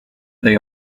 they